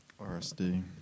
RSD